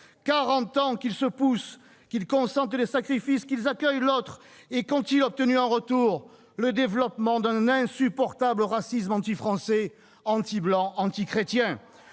ans qu'ils se poussent, qu'ils consentent des sacrifices, qu'ils accueillent « l'autre », et qu'ont-ils obtenu en retour ? Le développement d'un insupportable racisme anti-Français, anti-blancs, anti-chrétiens